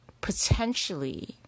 potentially